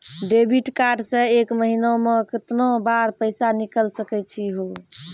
Debit card से एक महीना मा केतना बार पैसा निकल सकै छि हो?